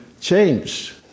change